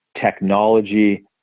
technology